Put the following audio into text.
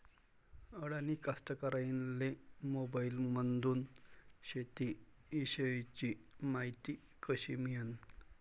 अडानी कास्तकाराइले मोबाईलमंदून शेती इषयीची मायती कशी मिळन?